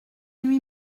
lui